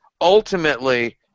ultimately